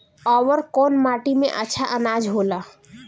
अवर कौन माटी मे अच्छा आनाज होला?